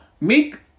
make